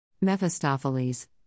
Mephistopheles